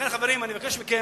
לכן, חברים, אני מבקש מכם